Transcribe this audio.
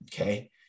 Okay